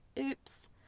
Oops